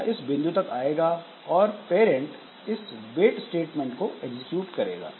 यह इस बिंदु तक आएगा और पेरेंट इस वेट स्टेटमेंट को एग्जीक्यूट करेगा